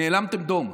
נאלמתם דום,